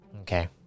Okay